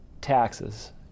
taxes